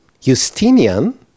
Justinian